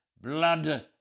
blood